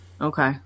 Okay